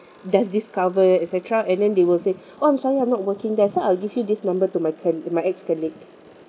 does this cover et cetera and then they will say oh I'm sorry I'm not working that's why I'll give you this number to my col~ my ex-colleague